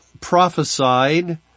prophesied